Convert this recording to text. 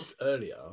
earlier